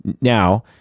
Now